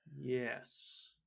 yes